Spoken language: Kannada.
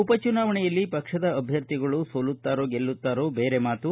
ಉಪಚುನಾವಣೆಯಲ್ಲಿ ಪಕ್ಷದ ಅಭ್ಯರ್ಥಿಗಳು ಸೋಲುತ್ತಾರೋ ಗೆಲ್ಲುತ್ತಾರೋ ಬೇರೆ ಮಾತು